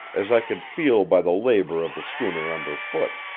as i could feel by the labor of the schooner underfoot.